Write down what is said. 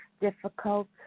difficult